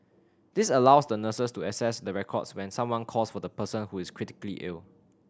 this allows the nurses to access the records when someone calls for the person who is critically ill